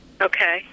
Okay